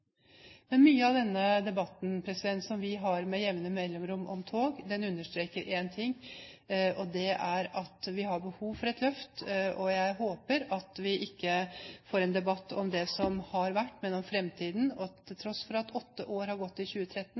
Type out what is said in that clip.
Mye ved denne debatten som vi har med jevne mellomrom om tog, understreker én ting, og det er at vi har behov for et løft. Jeg håper at vi ikke får en debatt om det som har vært, men om fremtiden. Til tross for at det har gått åtte år i 2013,